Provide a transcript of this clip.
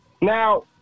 Now